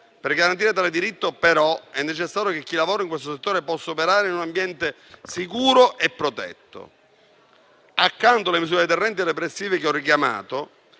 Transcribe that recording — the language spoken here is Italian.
Per garantire tale diritto, però, è necessario che chi lavora in questo settore possa operare in un ambiente sicuro e protetto. Accanto alle misure deterrenti e repressive che ho richiamato,